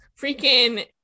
freaking